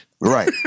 Right